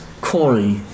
Corey